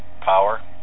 power